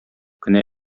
кенә